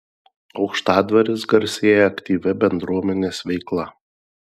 aukštadvaris garsėja aktyvia bendruomenės veikla